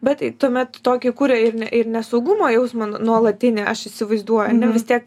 bet tai tuomet tokį kuria ir ne ir nesaugumo jausmą n nuolatinį aš įsivaizduoju ane vis tiek